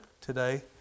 today